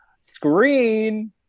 screen